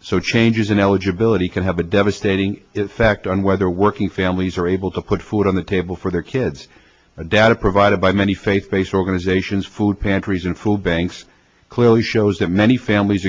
so changes in eligibility can have a devastating effect on whether working families are able to put food on the table for their kids the data provided by many faith based organizations food pantries and food banks clearly shows that many families